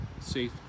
safe